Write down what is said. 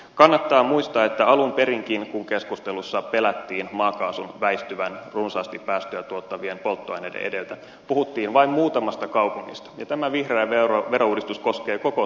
kannattaa muistaa että alun perinkin kun keskustelussa pelättiin maakaasun väistyvän runsaasti päästöjä tuottavien polttoaineiden edeltä puhuttiin vain muutamasta kaupungista ja tämä vihreä verouudistus koskee koko suomea